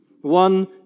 One